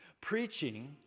preaching